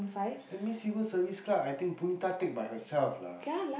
that means civil Service Club I think Punitha take by herself lah